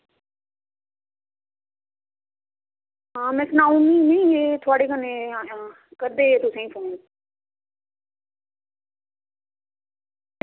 आं अंऊ सनाई ओड़नी आं उनेंगी अं'ऊ सनाई ओड़नी आं ते करदे तुसेंगी फोन